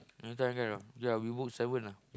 we try can or not yeah book seven ah